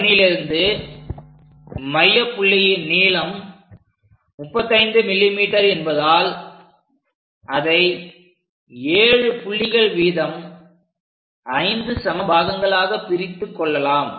F1லிருந்து மையப் புள்ளியின் நீளம் 35 mm என்பதால் அதை 7புள்ளிகள் வீதம் 5 சம பாகங்களாகப் பிரித்துக் கொள்ளலாம்